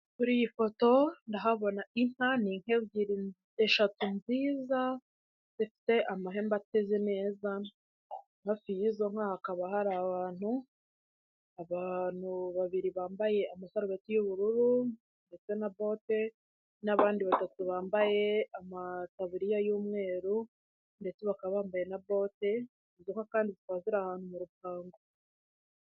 Kuri iyi foto ndahabona inka ni Inka eshatu nziza zifite amahembe ateze neza hafi y'izo nka hakaba hari abantu abantu babiri bambaye amasarubeti y'ubururu ndetse na bote n'abandi batatu bambaye amataburiya y'umweru ndetse bakaba bambaye na bote uduko kandi izo nka Kandi zikaba ziri ahantu mu rupango.